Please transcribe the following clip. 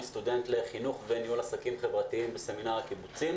אני סטודנט לחינוך וניהול עסקים חברתיים בסמינר הקיבוצים